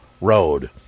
Road